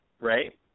Right